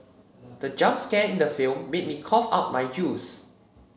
the jump scare in the film made me cough out my juice